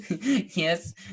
Yes